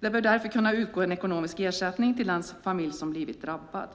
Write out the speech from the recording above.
Det bör därför kunna utgå en ekonomisk ersättning till den familj som blivit drabbad.